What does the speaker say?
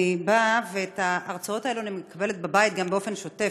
אני באה ואת ההרצאות האלו אני מקבלת בבית באופן שוטף.